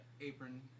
apron